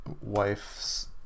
wife's